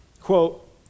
Quote